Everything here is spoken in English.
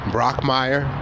Brockmeyer